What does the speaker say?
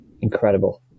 incredible